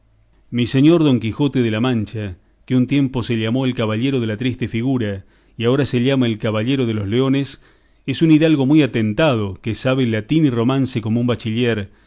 mi señor don quijote de la mancha que un tiempo se llamó el caballero de la triste figura y ahora se llama el caballero de los leones es un hidalgo muy atentado que sabe latín y romance como un bachiller